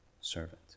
servant